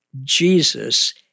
Jesus